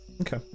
Okay